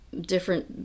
different